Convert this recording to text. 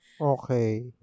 Okay